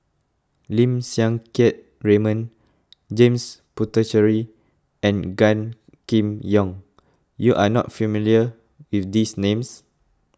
Lim Siang Keat Raymond James Puthucheary and Gan Kim Yong you are not familiar with these names